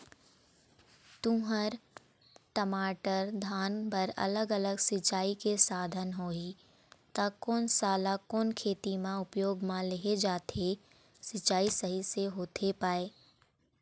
तुंहर, टमाटर, धान बर अलग अलग सिचाई के साधन होही ता कोन सा ला कोन खेती मा उपयोग मा लेहे जाथे, सिचाई सही से होथे पाए?